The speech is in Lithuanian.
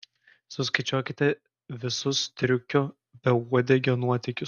suskaičiuokite visus striukio beuodegio nuotykius